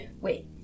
wait